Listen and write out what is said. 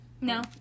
no